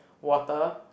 water